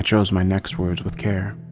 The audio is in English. chose my next words with care.